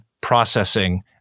processing